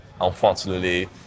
unfortunately